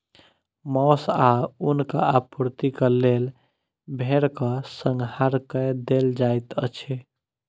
मौस आ ऊनक आपूर्तिक लेल भेड़क संहार कय देल जाइत अछि